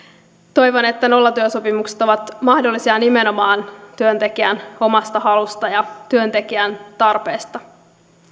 toivon että nollatyösopimukset ovat mahdollisia nimenomaan työntekijän omasta halusta ja työntekijän tarpeesta